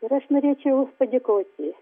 ir aš norėčiau padėkoti